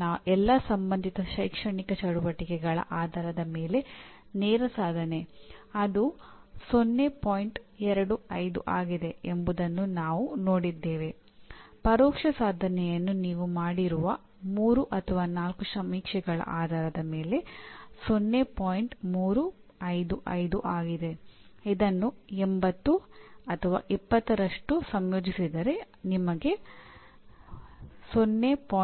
ನಾವು ಪಿಒ 10